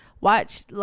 watch